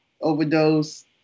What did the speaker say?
overdose